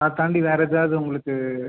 அதைத்தாண்டி வேறு ஏதாது உங்களுக்கு